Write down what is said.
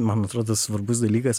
man atrodo svarbus dalykas